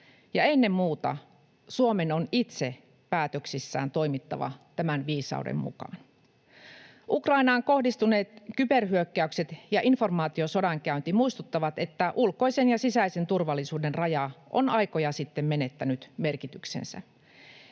Ennen muuta Suomen on itse päätöksissään toimittava tämän viisauden mukaan. Ukrainaan kohdistuneet kyberhyökkäykset ja informaatiosodankäynti muistuttavat, että ulkoisen ja sisäisen turvallisuuden raja on aikoja sitten menettänyt merkityksensä.